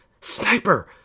Sniper